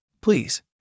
Please